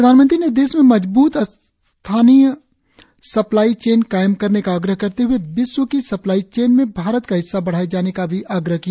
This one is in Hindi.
प्रधानमंत्री ने देश में मजबूत स्थानीय सप्लाई चेन कायम करने का आग्रह करते हए विश्व की सप्लाई चेन में भारत का हिस्सा बढ़ाये जाने का भी आग्रह किया